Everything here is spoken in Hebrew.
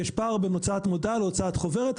יש פער בין הוצאת המודעה להוצאת החוברת,